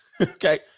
Okay